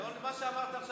כי אתה עמדת פה,